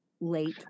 late